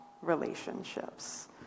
relationships